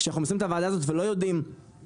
שאנחנו מסיימים את הוועדה הזאת ולא יודעים כמה